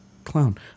clown